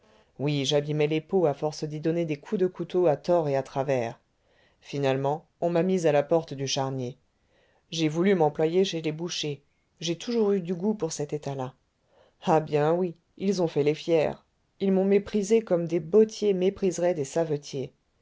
oui j'abîmais les peaux à force d'y donner des coups de couteau à tort et à travers finalement on m'a mis à la porte du charnier j'ai voulu m'employer chez les bouchers j'ai toujours eu du goût pour cet état-là ah bien oui ils ont fait les fiers ils m'ont méprisé comme des bottiers mépriseraient des savetiers